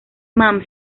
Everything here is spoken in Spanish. man